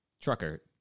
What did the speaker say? trucker